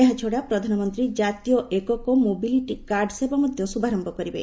ଏହାଛଡ଼ା ପ୍ରଧାନମନ୍ତ୍ରୀ ଜାତୀୟ ଏକକ ମୋବିଲିଟି କାର୍ଡ୍ ସେବା ମଧ୍ୟ ଶୁଭାରୟ କରିବେ